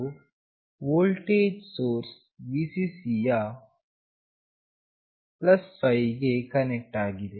so voltage source Vcc ಯು 5v ಗೆ connect ಆಗಿದೆ